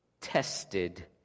tested